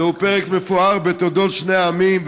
זהו פרק מפואר בתולדות שני העמים,